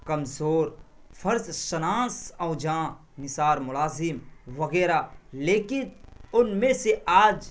کمزور فرض شناس اور جاں نثار ملازم وغیرہ لیکن ان میں سے آج